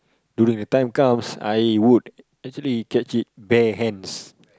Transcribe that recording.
during the time comes I would actually catch it bare hands